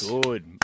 good